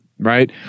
Right